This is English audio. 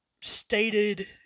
stated